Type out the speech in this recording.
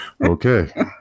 okay